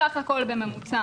בסך הכול בממוצע